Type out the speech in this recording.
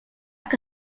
que